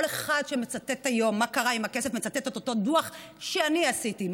כל אחד שמצטט היום מה קרה עם הכסף מצטט את אותו דוח שאני עשיתי,